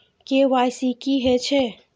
KYC की हे छे?